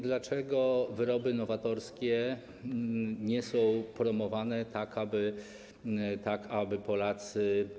Dlaczego wyroby nowatorskie nie są promowane tak, aby Polacy.